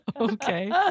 Okay